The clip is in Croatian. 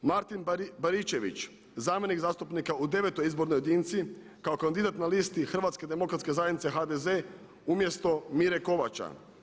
Martin Baričević zamjenik zastupnika u devetoj izbornoj jedinici kao kandidat na listi Hrvatske demokratske zajednice HDZ umjesto Mire Kovača.